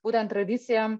būtent tradicija